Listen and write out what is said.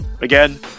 Again